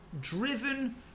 driven